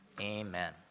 amen